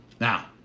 Now